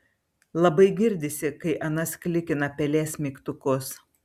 labai girdisi kai anas klikina pelės mygtukus